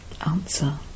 Answer